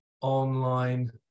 online